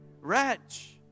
Wretch